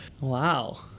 Wow